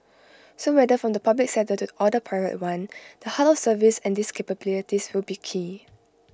so whether from the public sector or the private one the heart of service and these capabilities will be key